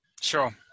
Sure